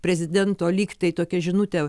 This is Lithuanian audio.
prezidento lyg tai tokia žinutė